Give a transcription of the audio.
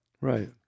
right